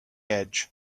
edge